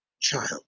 child